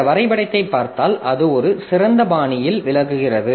இந்த வரைபடத்தை பார்த்தால் அது ஒரு சிறந்த பாணியில் விளக்குகிறது